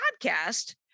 podcast